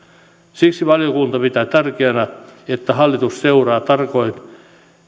siksi valiokunta pitää tärkeänä että hallitus seuraa tarkoin